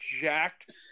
jacked